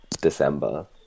December